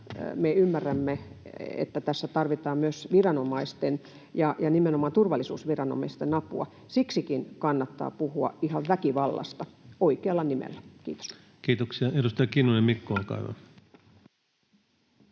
me ymmärrämme, että tässä tarvitaan myös viranomaisten ja nimenomaan turvallisuusviranomaisten apua, siksikin kannattaa puhua ihan väkivallasta, oikealla nimellä. — Kiitos. [Speech 240] Speaker: